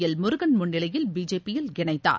L முருகன்முன்னிலையில் பிஜேபியில் இணைந்தார்